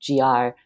GR